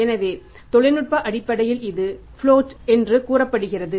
எனவே தொழில்நுட்ப அடிப்படையில் இது ப்லோட என்று நீங்கள் கூறப்படுகிறது